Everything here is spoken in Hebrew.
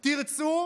תרצו,